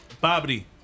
Bobby